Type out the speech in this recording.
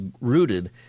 rooted